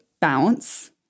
bounce